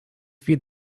feed